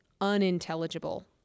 unintelligible